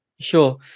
Sure